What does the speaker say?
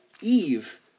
Eve